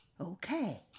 Okay